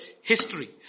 History